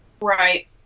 right